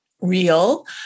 real